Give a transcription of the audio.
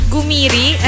Gumiri